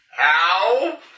Ow